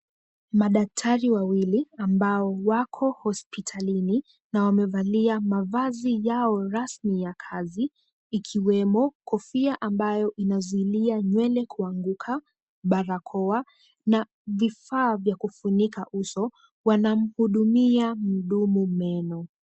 Madaktari wawili ambao wako hospitalini na wamevalia mavazi yao rasmi ya kazi, ikiwemo kofia ambayo inazuilia nywele kuanguka, barakoa, na vifaa vya kufunika uso, wanamhudumia mdumu meno.